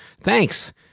thanks